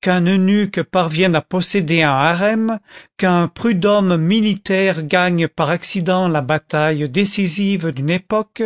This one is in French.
qu'un eunuque parvienne à posséder un harem qu'un prud'homme militaire gagne par accident la bataille décisive d'une époque